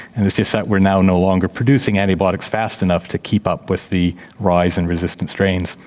and it's just that we are now no longer producing antibiotics fast enough to keep up with the rise in resistant strains,